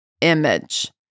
image